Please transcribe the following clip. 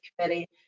Committee